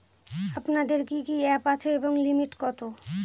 আপনাদের কি কি অ্যাপ আছে এবং লিমিট কত?